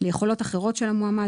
ליכולות אחרות של המועמד,